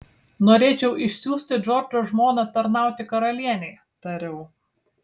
norėčiau išsiųsti džordžo žmoną tarnauti karalienei tariau